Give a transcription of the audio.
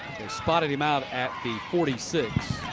spotted him out at the forty six.